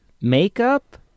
makeup